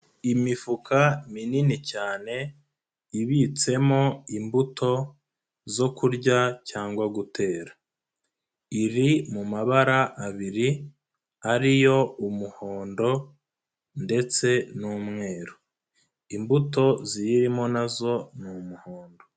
Imifuka minini cyane ibitsemo imbuto zo kurya cyangwa gutera, iri mu mabara abiri ari yo umuhondo ndetse n'umweru, imbuto ziyirimo nazo ni umuhondo.